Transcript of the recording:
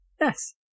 Yes